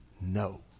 no